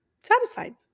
satisfied